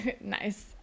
nice